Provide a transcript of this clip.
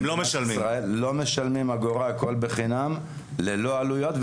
הם לא משלמים אגורה הכול בחינם ללא עלויות,